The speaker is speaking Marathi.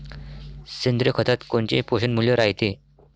सेंद्रिय खतात कोनचे पोषनमूल्य रायते?